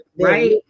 Right